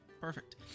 Perfect